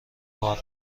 بار